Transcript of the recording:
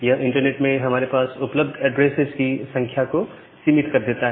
यह इंटरनेट में हमारे पास उपलब्ध ऐड्रेसेस की संख्या को सीमित कर देता है